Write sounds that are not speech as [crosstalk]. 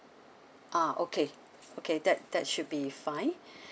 ah okay okay that that should be fine [breath]